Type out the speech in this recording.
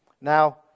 Now